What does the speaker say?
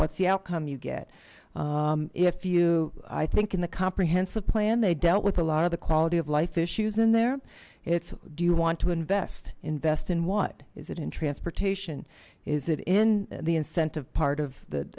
what's the outcome you get if you i think in the comprehensive plan they dealt with a lot of the quality of life issues in there it's do you want to invest invest in what is it in transportation is it in the incentive part